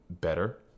better